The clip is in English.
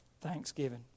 Thanksgiving